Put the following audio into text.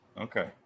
Okay